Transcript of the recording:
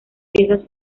piezas